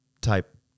type